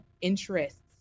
interests